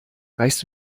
reichst